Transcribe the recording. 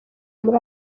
muri